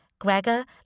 Gregor